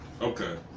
okay